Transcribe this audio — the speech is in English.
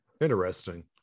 Interesting